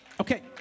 Okay